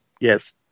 Yes